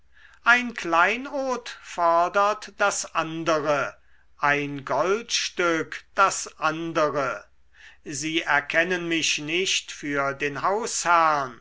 ein kleinod fordert das andere ein goldstück das andere sie erkennen mich nicht für den